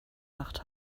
nacht